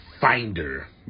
finder